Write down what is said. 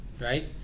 right